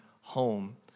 home